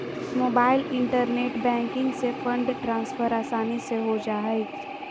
mobile internet banking से fund transfer आसानी से हो जा हइ